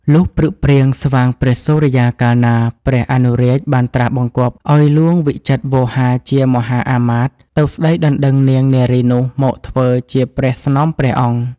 លុះព្រឹកព្រាងស្វាងព្រះសុរិយាកាលណា ព្រះអនុរាជបានត្រាស់បង្គាប់ឲ្យហ្លួងវិចិត្រវោហារជាមហាមាត្រ ទៅស្ដីដណ្ដឹងនាងនារីនោះមកធ្វើជាព្រះស្នំព្រះអង្គ ។